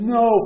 no